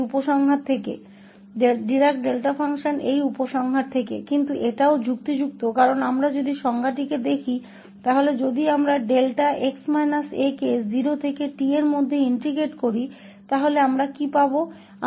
लेकिन यह भी उचित है क्योंकि यदि हम परिभाषा पर एक नज़र डालते हैं तो यदि हम 𝛿𝑥 − 𝑎 को 0 से t में इंटेग्रटिंग करते हैं तो हमें क्या मिलेगा